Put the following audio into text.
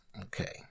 Okay